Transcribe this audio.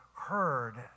heard